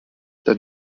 dann